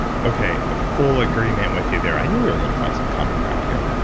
okay, full agreement with you there. i knew we were going to find some common ground here.